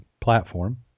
platform